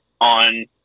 on